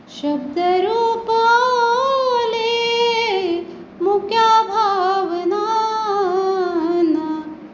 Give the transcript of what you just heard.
शब्दरूप आले मुक्या भावनांना